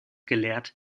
gelehrt